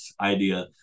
idea